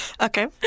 Okay